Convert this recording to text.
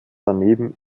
daneben